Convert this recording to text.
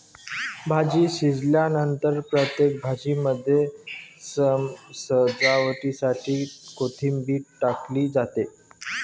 भाजी शिजल्यानंतर प्रत्येक भाजीमध्ये सजावटीसाठी कोथिंबीर टाकली जाते